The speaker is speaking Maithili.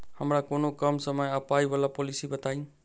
हमरा कोनो कम समय आ पाई वला पोलिसी बताई?